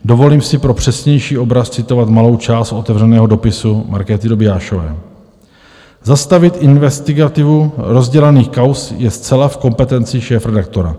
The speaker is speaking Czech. Dovolím si pro přesnější obraz citovat malou část otevřeného dopisu Markéty Dobiášové: Zastavit investigativu rozdělaných kauz je zcela v kompetenci šéfredaktora.